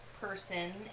person